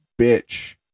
bitch